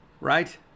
right